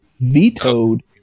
vetoed